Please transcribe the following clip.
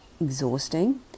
exhausting